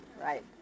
Right